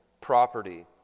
Property